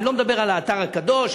אני לא מדבר על האתר הקדוש,